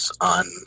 on